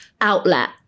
outlet